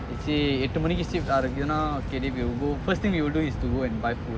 you see எட்டு மணிக்கி:ettu manikki first thing you do is to go and buy food